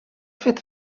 fet